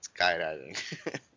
skydiving